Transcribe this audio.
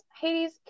Hades